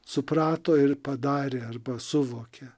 suprato ir padarė arba suvokė